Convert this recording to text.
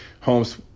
Homes